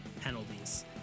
penalties